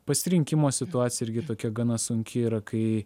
pasirinkimo situacija irgi tokia gana sunki yra kai